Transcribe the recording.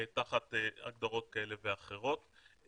תחת הגדרות כאלה ואחרות.